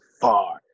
far